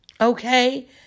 Okay